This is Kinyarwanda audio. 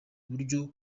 buryo